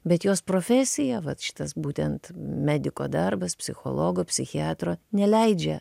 bet jos profesija vat šitas būtent mediko darbas psichologo psichiatro neleidžia